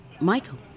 Michael